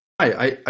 Hi